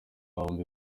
bombi